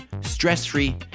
stress-free